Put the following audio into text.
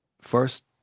first